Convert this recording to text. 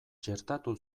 txertatu